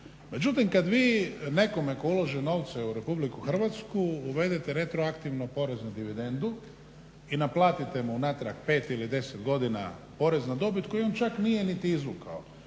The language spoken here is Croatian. Međutim, kad vi nekome tko uloži novce u Republiku Hrvatsku uvedete retroaktivno poreznu dividendu i naplatite mu unatrag 5 ili 10 godina porez na dobit koji ona čak nije niti izvukao